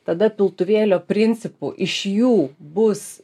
tada piltuvėlio principu iš jų bus